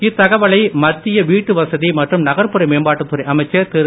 இத்தகவலை மத்திய வீட்டுவசதி மற்றும் நகர்ப்புற மேம்பாட்டுத் துறை அமைச்சர் திரு